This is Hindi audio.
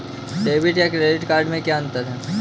डेबिट या क्रेडिट कार्ड में क्या अन्तर है?